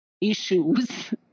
issues